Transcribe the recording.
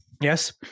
yes